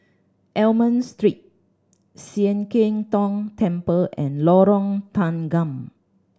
Almond Street Sian Keng Tong Temple and Lorong Tanggam